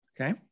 okay